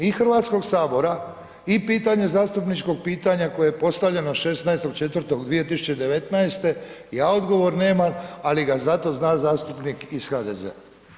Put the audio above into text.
I Hrvatskog sabora i pitanje zastupničkog pitanja koje je postavljeno 16.4.2019., ja odgovor nemam, ali ga zato zna zastupnik iz HDZ-a.